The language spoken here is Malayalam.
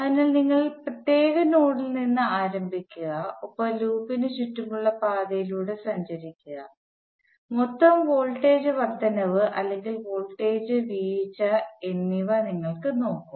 അതിനാൽ നിങ്ങൾ പ്രത്യേക നോഡിൽ നിന്ന് ആരംഭിക്കുക ഒപ്പം ലൂപ്പിന് ചുറ്റുമുള്ള പാതയിലൂടെ സഞ്ചരിക്കുക മൊത്തം വോൾട്ടേജ് വർദ്ധനവ് അല്ലെങ്കിൽ വോൾട്ടേജ് വീഴ്ച എന്നിവ നിങ്ങൾ നോക്കും